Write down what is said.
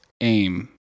AIM